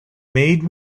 made